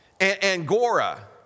Angora